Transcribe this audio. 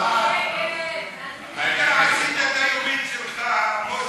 אתה עשית את היומית שלך, מוטי.